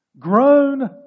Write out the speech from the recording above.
Grown